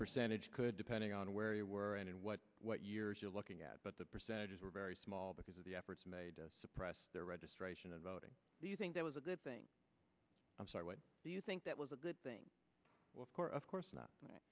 percentage could depending on where you were and what what years you're looking at but the percentages were very small because of the efforts made to suppress their registration of voting do you think that was a good thing i'm sorry what do you think that was a good thing of course of course not